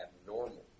abnormal